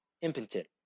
impotent